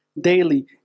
daily